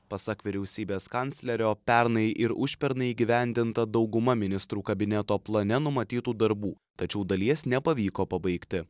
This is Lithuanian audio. pasak vyriausybės kanclerio pernai ir užpernai įgyvendinta dauguma ministrų kabineto plane numatytų darbų tačiau dalies nepavyko pabaigti